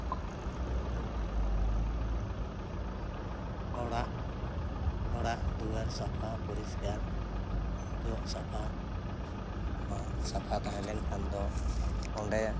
ᱚᱲᱟᱜ ᱚᱲᱟᱜ ᱫᱩᱣᱟᱹᱨ ᱥᱟᱯᱷᱟ ᱯᱚᱨᱤᱥᱠᱟᱨ ᱡᱟᱦᱟᱸ ᱡᱚᱜ ᱥᱟᱯᱷᱟ ᱱᱚᱣᱟ ᱥᱟᱯᱷᱟ ᱛᱟᱦᱮᱸ ᱞᱮᱱᱠᱷᱟᱱ ᱫᱚ ᱚᱸᱰᱮ